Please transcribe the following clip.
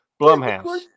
Blumhouse